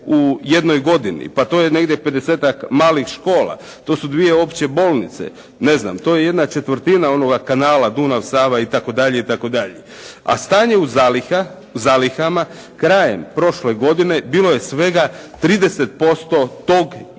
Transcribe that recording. u jednoj godini. Pa to je negdje pedesetak malih škola, to su 2 opće bolnice, to je 1/4 onoga kanala Dunav-Sava itd., itd. A stanje u zalihama krajem prošle godine bilo je svega 30% tog izgubljenog